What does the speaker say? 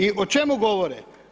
I o čemu govore?